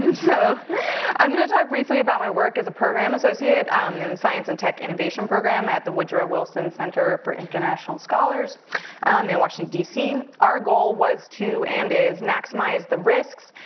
and so i'm gonna talk briefly about my work as a program associate in science and tech innovation program at the woodrow wilson center for international scholars in i mean washington, d c. our goal was to, and is, maximize the risks,